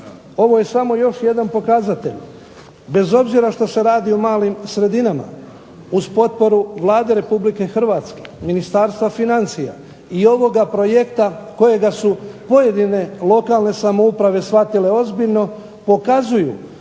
Ovo je samo još jedan pokazatelj bez obzira što se radi o malim sredinama uz potporu Vlade Republike Hrvatske, Ministarstva financija i ovoga projekta kojega su pojedine lokalne samouprave shvatile ozbiljno pokazuju